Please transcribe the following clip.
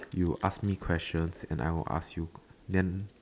you ask me question and I will ask you then